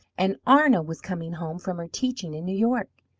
and arna was coming home from her teaching in new york.